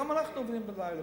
גם אנחנו עובדים בלילה,